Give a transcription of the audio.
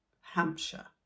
hampshire